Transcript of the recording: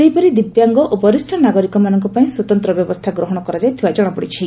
ସେହିପରି ଦିବ୍ୟାଙ୍ଗ ଓ ବରିଷ ନାଗରିକମାନଙ୍କ ପାଇଁ ସ୍ୱତନ୍ତ ବ୍ୟବସ୍କା ଗ୍ରହଶ କରାଯାଇଥିବା ଜଣାପଡିଛି